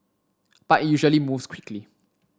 but it usually moves quickly